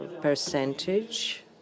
percentage